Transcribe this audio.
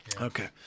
Okay